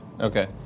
Okay